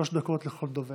שלוש דקות לכל דובר.